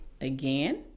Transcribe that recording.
Again